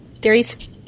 Theories